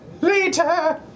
later